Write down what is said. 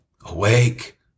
Awake